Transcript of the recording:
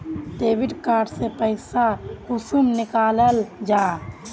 Debit card से पैसा कुंसम निकलाल जाहा?